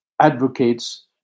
advocates